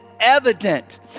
evident